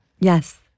Yes